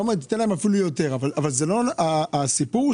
אתה אומר תן להם אפילו יותר אבל הסיפור הוא